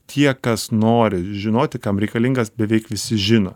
tie kas nori žinoti kam reikalingas beveik visi žino